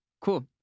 Cool